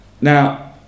now